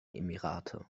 emirate